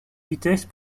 vitesse